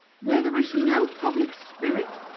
where there is no public spirit,